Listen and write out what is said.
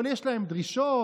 אבל יש להם דרישות,